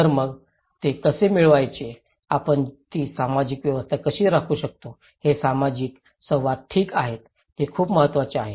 तर मग ते कसे मिळवायचे आपण ती सामाजिक व्यवस्था कशी राखू शकतो हे सामाजिक संवाद ठीक आहेत ते खूप महत्वाचे आहे